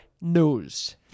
news